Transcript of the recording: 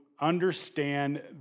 understand